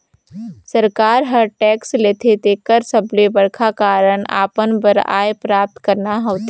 सरकार हर टेक्स लेथे तेकर सबले बड़खा कारन अपन बर आय प्राप्त करना होथे